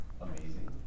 amazing